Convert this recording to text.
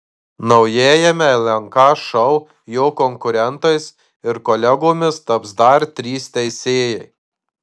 naujajame lnk šou jo konkurentais ir kolegomis taps dar trys teisėjai